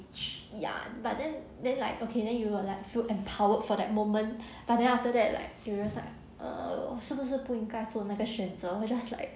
ya but then then like okay then you will like feel empowered for that moment but then after that like furious lah err 是不是不应该那个选择 or just like